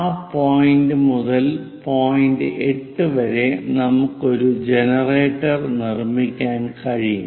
ആ പോയിന്റ് മുതൽ പോയിന്റ് 8 വരെ നമുക്ക് മറ്റൊരു ജനറേറ്റർ നിർമ്മിക്കാൻ കഴിയും